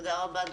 תודה רבה.